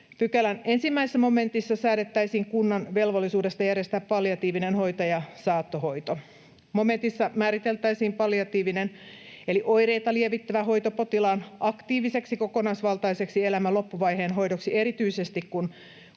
Pykälän 1 momentissa säädettäisiin kunnan velvollisuudesta järjestää palliatiivinen hoito ja saattohoito. Momentissa määriteltäisiin palliatiivinen eli oireita lievittävä hoito potilaan aktiiviseksi kokonaisvaltaiseksi elämän loppuvaiheen hoidoksi, erityisesti kun